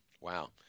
Wow